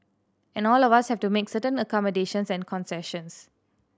and all of us have to make certain accommodations and concessions